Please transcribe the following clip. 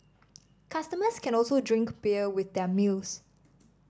customers can also drink beer with their meals